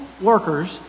workers